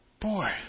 boy